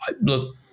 look